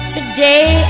Today